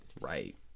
Right